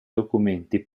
documenti